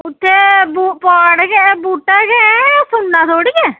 उत्थै पौंड च जेह्ड़ा बहूटा गै ऐ सुन्ना थोह्ड़ी ऐ